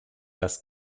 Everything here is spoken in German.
dass